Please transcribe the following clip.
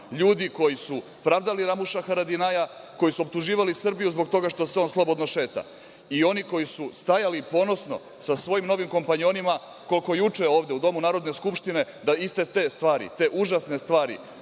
ljudi koji su pravdali Ramuša Haradinaja, koji su optuživali Srbiju zbog toga što se on slobodno šeta i oni koji su stajali ponosno sa svojim novim kompanjonima, koliko juče, ovde u Domu Narodne skupštine da iste te stvari, te užasne stvari,